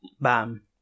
Bam